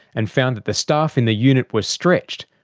and found that the staff in the unit were stretched,